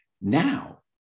now